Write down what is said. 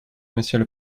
monsieur